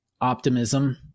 optimism